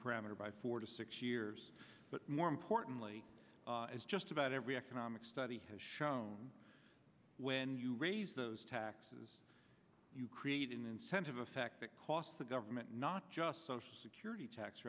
parameter by four to six years but more importantly is just about every economic study has shown when you raise those taxes you create an incentive effect that costs the government not just social security tax